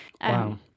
Wow